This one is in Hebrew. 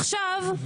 עכשיו,